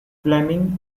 fleming